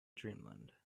dreamland